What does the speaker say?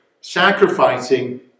sacrificing